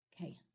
Okay